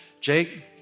Jake